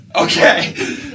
Okay